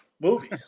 movies